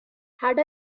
had